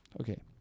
Okay